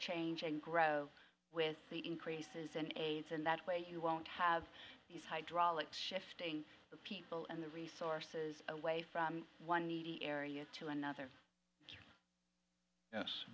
changing grow with the increases in aids in that way you won't have these hydraulic shifting the people and the resources away from one area to another yes